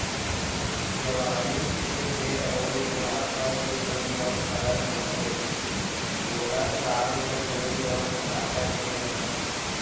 जवानी के देंह अउ बुढ़ापा के देंह म फरक होथे, बुड़हत काल म देंह म ताकत नइ रहय